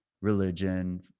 Religion